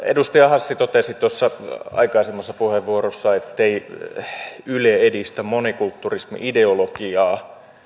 edustaja hassi totesi tuossa aikaisemmassa puheenvuorossaan ettei yle edistä monikulturismi ideologiaa